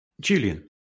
Julian